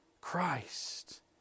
Christ